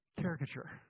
Caricature